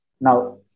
Now